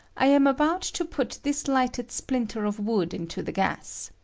i am about to put this lighted splinter of wood into the gas.